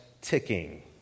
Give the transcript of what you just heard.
ticking